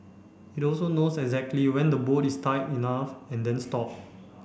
it also knows exactly when the bolt is tight enough and then stop